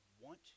want